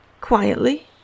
quietly